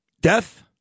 Death